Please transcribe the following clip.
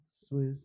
Swiss